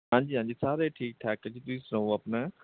ਹਾਂਜੀ ਹਾਂਜੀ ਸਾਰੇ ਠੀਕ ਠਾਕ ਆ ਜੀ ਤੁਸੀਂ ਸੁਣਾਓ ਆਪਣਾ